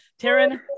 Taryn